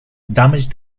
damage